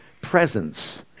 presence